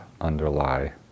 underlie